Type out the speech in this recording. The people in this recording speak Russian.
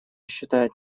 считает